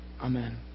amen